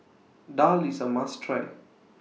Daal IS A must Try